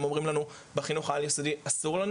אומרים לנו בחינוך העל היסודי אסור לנו